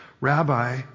Rabbi